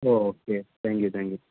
oh okay thank you thank you